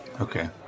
Okay